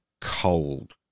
cold